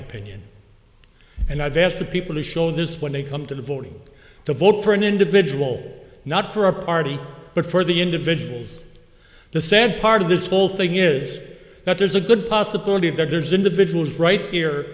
opinion and i've asked the people to show this when they come to the voting to vote for an individual not for a party but for the individuals the sad part of this whole thing is that there's a good possibility that there's individuals right here